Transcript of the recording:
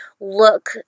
look